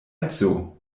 edzo